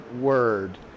word